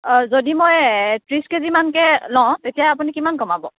অঁ যদি মই ত্ৰিছ কে জি মানকৈ লওঁ তেতিয়া আপুনি কিমান কমাব